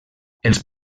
els